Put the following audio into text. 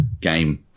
game